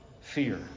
fear